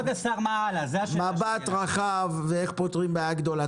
כבוד השר, מה הלאה?